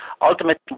ultimately